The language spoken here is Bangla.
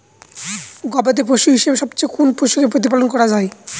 গবাদী পশু হিসেবে সবচেয়ে কোন পশুকে প্রতিপালন করা হয়?